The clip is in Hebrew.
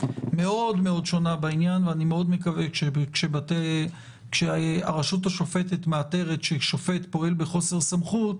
ולאחר שהוא קיבל הסכמה של הסנגור,